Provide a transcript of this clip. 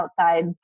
outside